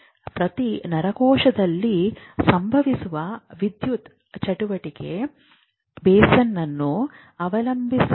ಪ್ರತಿ ನರಕೋಶದಲ್ಲಿ ಸಂಭವಿಸುವ ವಿದ್ಯುತ್ ಚಟುವಟಿಕೆ ಬೇಸ್ಲೈನ್ ಅನ್ನು ಅವಲಂಬಿಸಿರುತ್ತದೆ